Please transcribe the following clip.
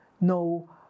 no